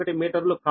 1మీటర్లు కాబట్టి